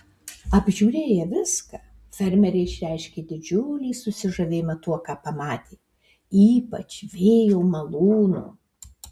apžiūrėję viską fermeriai išreiškė didžiulį susižavėjimą tuo ką pamatė ypač vėjo malūnu